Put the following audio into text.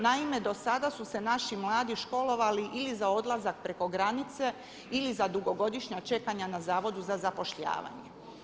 Naime, do sada su se naši mladi školovali ili za odlazak preko granice ili za dugogodišnja čekanja na Zavodu za zapošljavanje.